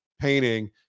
painting